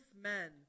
men